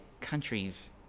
countries